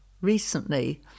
recently